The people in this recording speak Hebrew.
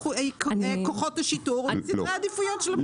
כוחות השיטור וסדרי העדיפויות של המשטרה.